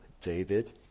David